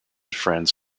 friends